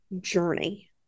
journey